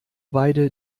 beide